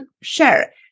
share